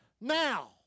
Now